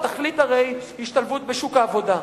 התכלית היא הרי השתלבות בשוק העבודה,